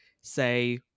say-